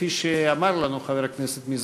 כפי שאמר לנו חבר הכנסת מזרחי,